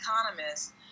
economists